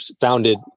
founded